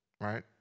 right